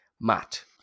Matt